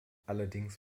allerdings